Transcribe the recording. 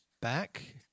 back